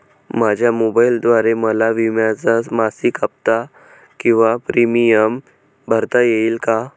माझ्या मोबाईलद्वारे मला विम्याचा मासिक हफ्ता किंवा प्रीमियम भरता येईल का?